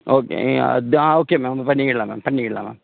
okay அதான் okay ma'am நம்ம பண்ணிக்கிடலாம் மேம் பண்ணிக்கிடலாம் மேம்